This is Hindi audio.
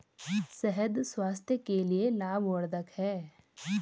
शहद स्वास्थ्य के लिए लाभवर्धक है